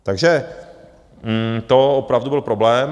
Takže to opravdu byl problém.